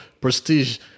prestige